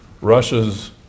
Russia's